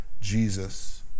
Jesus